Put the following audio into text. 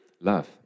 love